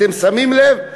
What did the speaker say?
אתם שמים לב?